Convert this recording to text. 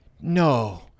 no